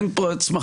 אין פה צמחים.